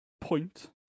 point